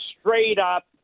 straight-up